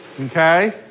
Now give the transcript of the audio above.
okay